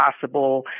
possible